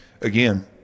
again